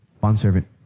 Bondservant